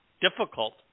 difficult